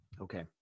Okay